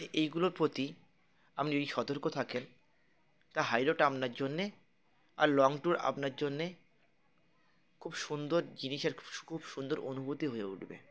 এইগুলোর প্রতি আপনি যদি সতর্ক থাকেন তা হাই রোড আপনার জন্যে আর লং ট্যুর আপনার জন্যে খুব সুন্দর জিনিসের খুব সুন্দর অনুভূতি হয়ে উঠবে